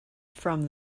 from